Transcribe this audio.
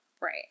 Right